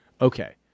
Okay